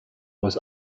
was